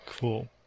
cool